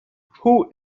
who